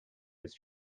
his